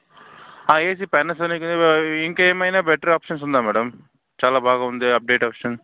ఆ AC Panasonic ఇంకేమైనా better options ఉందా మేడం చాలా బాగా ఉంది అప్డేట్ ఆప్షన్